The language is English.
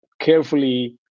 carefully